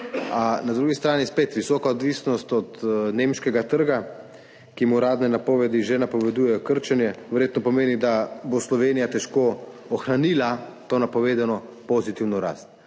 na drugi strani spet visoka odvisnost od nemškega trga, ki mu uradne napovedi že napovedujejo krčenje. Verjetno pomeni, da bo Slovenija težko ohranila to napovedano pozitivno rast.